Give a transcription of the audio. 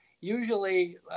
usually